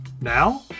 Now